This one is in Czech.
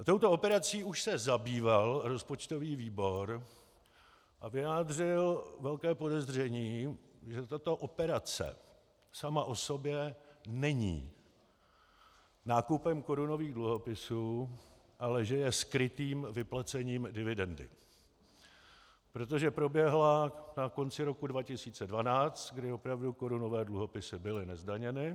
Touto operací už se zabýval rozpočtový výbor a vyjádřil velké podezření, že tato operace sama o sobě není nákupem korunových dluhopisů, ale že je skrytým vyplacením dividendy, protože proběhla na konci roku 2012, kdy opravdu korunové dluhopisy byly nezdaněny.